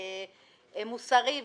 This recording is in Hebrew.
מוסרי,